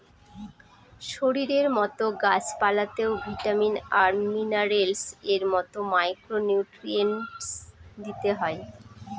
শরীরের মতো গাছ পালতেও ভিটামিন আর মিনারেলস এর মতো মাইক্র নিউট্রিয়েন্টস দিতে হয়